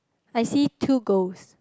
I see two ghosts